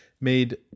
made